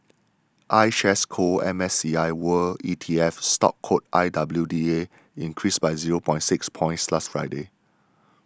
iShares Core M S C I world E T F stock code I W D A increased by zero point six points last Friday